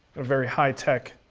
very high tech